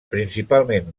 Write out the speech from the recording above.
principalment